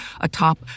atop